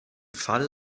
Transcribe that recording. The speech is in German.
fall